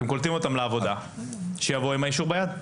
אתם קולטים אותם לעבודה, שיבואו עם האישור ביד.